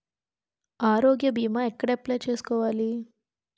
ఆరోగ్య భీమా ఎక్కడ అప్లయ్ చేసుకోవాలి?